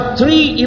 three